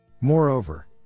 Moreover